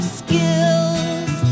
skills